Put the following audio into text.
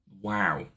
Wow